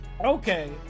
Okay